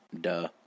Duh